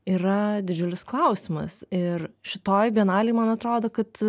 yra didžiulis klausimas ir šitoj bienalėj man atrodo kad